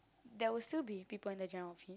there will still be people in the general office